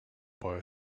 boy